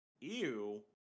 EW